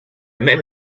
même